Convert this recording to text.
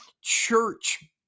church